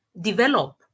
develop